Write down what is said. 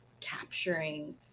capturing